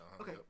Okay